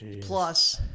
plus